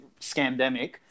scandemic